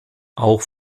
auch